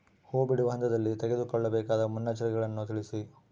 ಹೂ ಬಿಡುವ ಹಂತದಲ್ಲಿ ತೆಗೆದುಕೊಳ್ಳಬೇಕಾದ ಮುನ್ನೆಚ್ಚರಿಕೆಗಳನ್ನು ತಿಳಿಸಿ?